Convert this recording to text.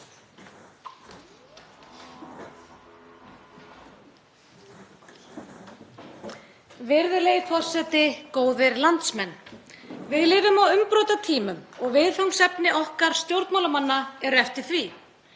Virðulegi forseti. Góðir landsmenn. Við lifum á umbrotatímum og viðfangsefni okkar stjórnmálamanna eru eftir því.